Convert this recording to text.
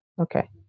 okay